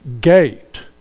gate